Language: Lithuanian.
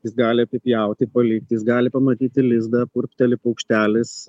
jis gali apipjauti palikti jis gali pamatyti lizdą purpteli paukštelis